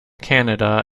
canada